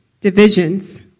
divisions